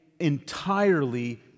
entirely